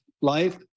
Life